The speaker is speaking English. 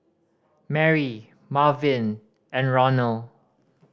Marry Marvin and Ronal